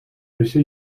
بشه